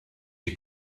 die